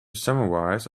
summarize